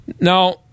Now